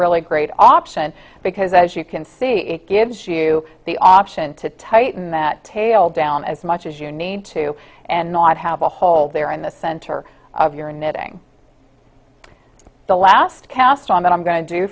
really great option because as you can see gives you the option to tighten that tail down as much as you need to and not have a hole there in the center of your knitting the last cast on that i'm going to do